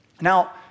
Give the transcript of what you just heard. Now